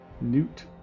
Newt